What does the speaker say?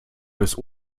bis